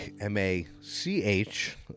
M-A-C-H